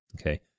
Okay